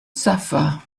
suffer